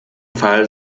fall